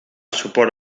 suport